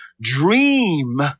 dream